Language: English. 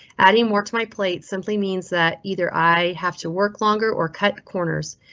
adding more to my plate simply means that either i have to work longer or cut corners,